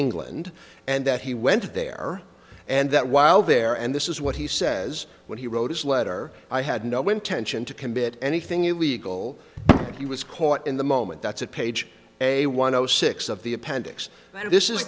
england and that he went there and that while there and this is what he says when he wrote his letter i had no intention to commit anything illegal and he was caught in the moment that's a page a one zero six of the appendix and this is